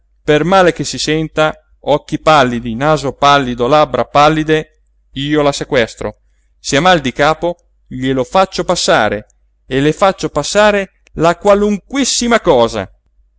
male che si senta occhi pallidi naso pallido labbra pallide io la sequestro se ha mal di capo glielo faccio passare e le faccio passare la qualunquissima cosa